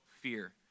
fear